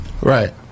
right